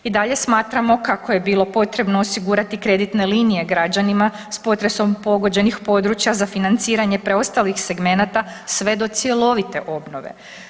I dalje smatramo kako je bilo potrebno osigurati kreditne linije građanima s potresom pogođenih područja za financiranje preostalih segmenata sve do cjelovite obnove.